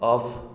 of